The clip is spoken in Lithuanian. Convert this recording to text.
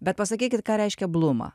bet pasakykit ką reiškia bluma